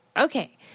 Okay